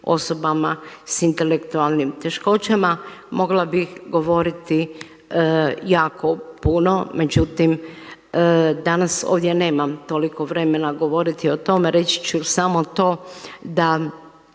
osobama sa intelektualnim teškoćama mogla bih govoriti jako puno. Međutim, danas ovdje nemam toliko vremena govoriti o tome. Reći ću samo to da